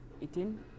eating